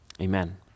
Amen